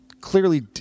clearly